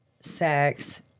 sex